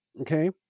okay